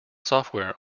software